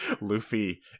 luffy